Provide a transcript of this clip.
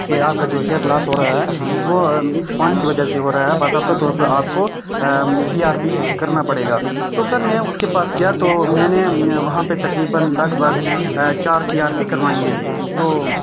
یہ آپ کا جو ہیئر لاس ہو رہا ہے وہ اس پانی کی وجہ سے ہو رہا ہے باضابطہ طور پر آپ کو پی آر پی کرنا پڑے گا تو سر میں اس کے پاس گیا تو میں نے وہاں پہ تقریباً لگ بھگ چار پی آر پی کروائی ہیں تو